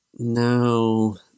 No